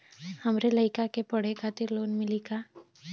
हमरे लयिका के पढ़े खातिर लोन मिलि का?